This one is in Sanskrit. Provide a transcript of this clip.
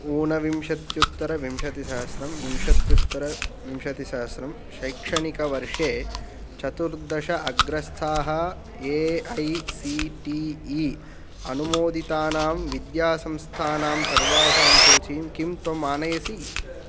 ऊनविंशत्युत्तरविंशतिसहस्रं विंशत्युत्तर विंशतिसहस्रं शैक्षणिकवर्षे चतुर्दश अग्रस्थाः A I C T E अनुमोदितानां विद्यासंस्थानां सर्वासां सूचीं किं त्वम् आनयसि